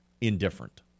indifferent